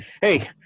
hey